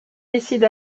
décide